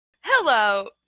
hello